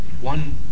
one